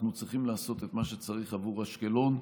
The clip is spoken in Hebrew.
אנחנו צריכים לעשות את מה שצריך עבור אשקלון.